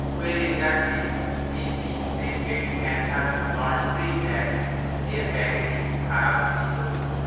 Kuber industries Disney printed canvas laundry bag এর packaging খারাপ ছিল